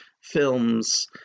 films